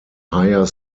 higher